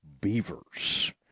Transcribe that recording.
Beavers